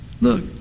look